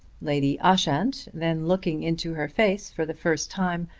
lady ushant, then looking into her face for the first time,